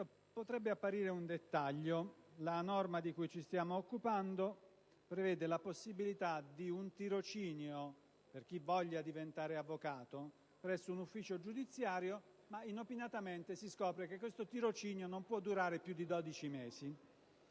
potrebbe apparire un dettaglio: la norma di cui ci siamo occupando prevede infatti la possibilità di un tirocinio, per chi voglia diventare avvocato, presso un ufficio giudiziario, ma si scopre che, inopinatamente, questo tirocinio non può durare più di dodici mesi.